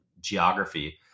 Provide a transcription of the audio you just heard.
geography